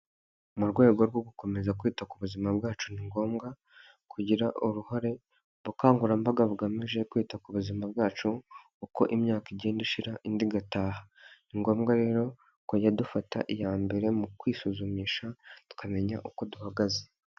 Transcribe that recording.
Mu rwego rwo gukomeza kwita ku buzima bwacu ni ngombwa kugira uruhare, ubukangurambaga bugamije kwita ku buzima bwacu uko imyaka igenda ishira indi igataha, ni ngombwa rero kujya dufata iya mbere mu kwisuzumisha tukamenya uko duhagaze.